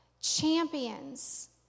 champions